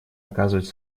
оказывать